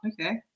okay